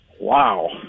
Wow